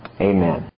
Amen